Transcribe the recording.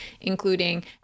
including